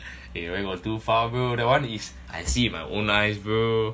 eh where got too far bro that one is I see my own eyes bro